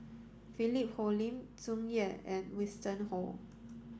Philip Hoalim Tsung Yeh and Winston Oh